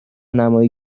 نمایی